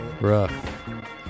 Rough